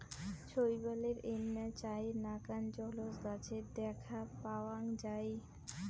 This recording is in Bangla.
শৈবালের এইনা চাইর নাকান জলজ গছের দ্যাখ্যা পাওয়াং যাই